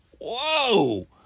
Whoa